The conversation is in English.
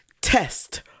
Test